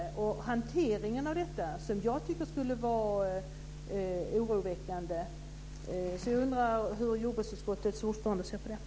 Det är hanteringen av detta som jag tycker skulle vara oroväckande. Jag undrar hur jordbruksutskottets ordförande ser på det.